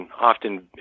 often